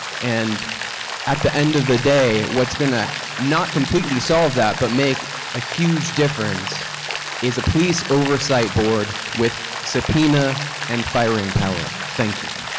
and at the end of the day, what's going to not completely solve that but make a huge difference is a police oversight board with subpoena and firing power. thank you.